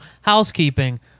housekeeping